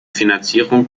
finanzierung